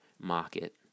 market